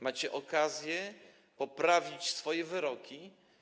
Macie okazję poprawić swoje wyroki.